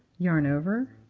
yarn over.